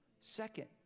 second